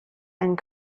and